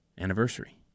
anniversary